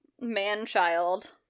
man-child